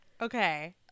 okay